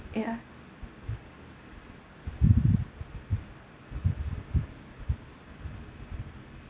ya